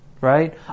right